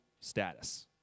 status